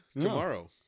Tomorrow